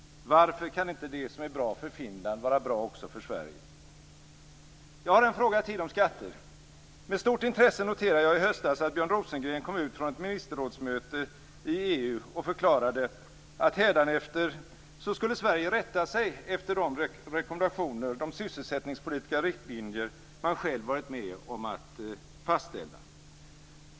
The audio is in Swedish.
Varför kan inte det som är bra för Finland vara bra också för Sverige? Jag har en fråga till om skatter. Med stort intresse noterade jag i höstas att Björn Rosengren kom ut från ett ministerrådsmöte i EU och förklarade att hädanefter skulle Sverige rätta sig efter de rekommendationer och de sysselsättningspolitiska riktlinjer man själv varit med om att fastställa.